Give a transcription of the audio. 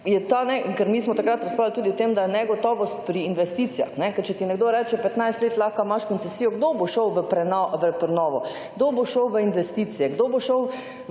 ker mi smo takrat razpravljali tudi o tem, da je negotovost pri investicijah, ker če ti nekdo reče »15 let lahko imaš koncesijo,« kdo bo šel v prenovo, kdo bo šel v investicije, kdo bo šel